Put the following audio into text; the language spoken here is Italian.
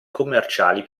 commerciali